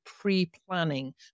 pre-planning